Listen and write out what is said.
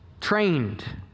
trained